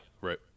right